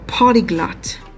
Polyglot